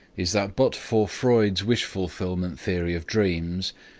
is that but for freud's wishfulfillment theory of dreams,